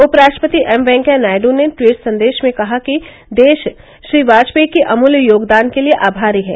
उपराष्ट्रपति एम वेंकैया नायडू ने ट्वीट संदेश में कहा कि देश श्री वाजपेयी के अमूल्य योगदान के लिए आभारी है